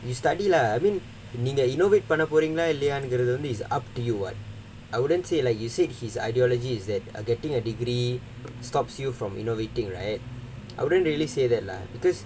we study lah I mean நீங்க:neenga innovate பண்ண போறீங்களா இல்லையாங்கிறது வந்து:panna poreengalaa illaiyaangrathu vandhu is up to you [what] I wouldn't say like you said his ideology is that ah getting a degree stops you from innovating right I wouldn't really say that lah because as long as you have the